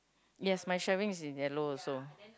yes my shelving is in yellow also